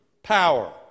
power